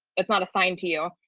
it's not assigned to you.